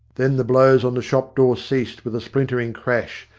then the blows on the shop door ceased with a splintering crash,